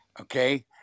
okay